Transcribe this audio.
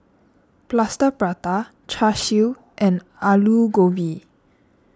Plaster Prata Char Siu and Aloo Gobi